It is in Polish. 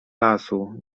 lasu